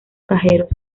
cajeros